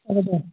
হ'ব দে